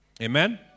Amen